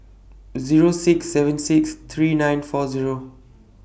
Zero six seven six three nine four Zero